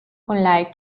unlike